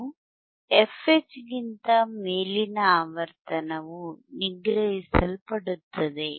ಇದು fH ಗಿಂತ ಮೇಲಿನ ಆವರ್ತನವು ನಿಗ್ರಹಿಸಲ್ಪಡುತ್ತದೆ